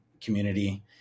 community